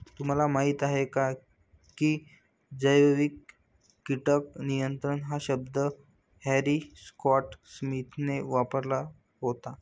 तुम्हाला माहीत आहे का की जैविक कीटक नियंत्रण हा शब्द हॅरी स्कॉट स्मिथने वापरला होता?